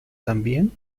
también